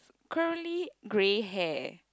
curly grey hair